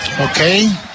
Okay